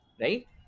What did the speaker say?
right